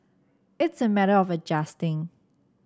it's a matter of adjusting